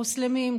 מוסלמים,